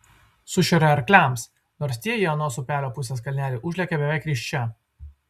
sušeria arkliams nors tie į anos upelio pusės kalnelį užlekia beveik risčia